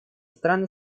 страны